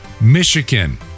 Michigan